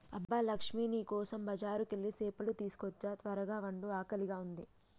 అబ్బ లక్ష్మీ నీ కోసం బజారుకెళ్ళి సేపలు తీసుకోచ్చా త్వరగ వండు ఆకలిగా ఉంది